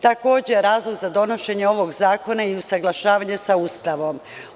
Takođe, razlog za donošenje ovog zakona je i usaglašavanje sa Ustavom.